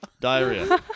Diarrhea